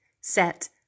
Set